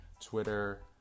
Twitter